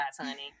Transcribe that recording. honey